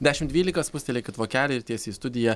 dešimt dvylika spustelėkit vokelį ir tiesiai į studiją